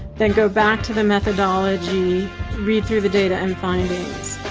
then go back to the methodology read through the data and findings,